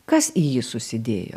kas į jį susidėjo